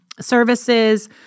services